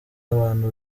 abantu